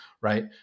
Right